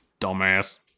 Dumbass